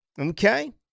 Okay